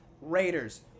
Raiders